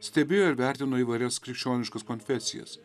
stebėjo ir vertino įvairias krikščioniškas konfesijas